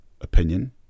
opinion